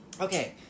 Okay